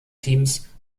teams